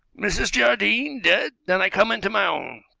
mrs. jardine dead! then i come into my own.